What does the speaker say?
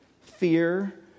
fear